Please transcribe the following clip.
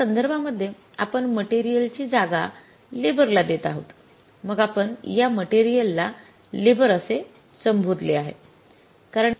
या संदर्भा मध्ये आपण मटेरियल ची जागा लेबर ला देत आहोत मग आपण या मटेरियल ला लेबर असे संबोधले आहे